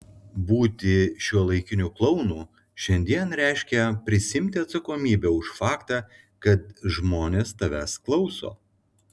būti šiuolaikiniu klounu šiandien reiškia prisiimti atsakomybę už faktą kad žmonės tavęs klauso